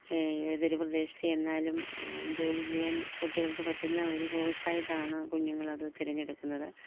ഏതൊരു പ്രദേശത്ത് ചെന്നാലും ജോലി ചെയ്യാൻ കുട്ടികൾക്ക് പറ്റുന്ന ഒരു കോഴ്സായിട്ടാണ് കുഞ്ഞുങ്ങള് അത് തിരഞ്ഞെടുക്കുന്നത്